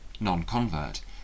non-convert